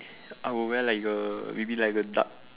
i would wear like a maybe like a dark